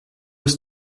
ist